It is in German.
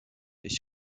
ich